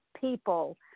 people